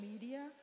media